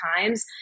times